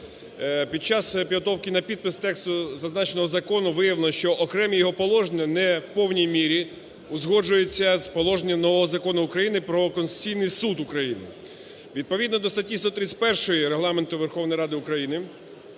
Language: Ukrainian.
Під час підготовки на підпис тексту зазначеного закону виявлено, що окремі його положення не в повній мірі узгоджуються з положеннями нового Закону України "Про Конституційний Суд України". Відповідно до статті 131 Регламенту Верховної Ради України